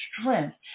strength